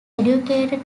educated